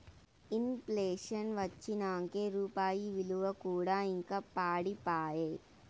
in ప్లేషన్ వచ్చినంకే రూపాయి ఇలువ కూడా ఇంకా పడిపాయే